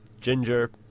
ginger